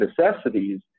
necessities